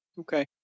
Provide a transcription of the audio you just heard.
Okay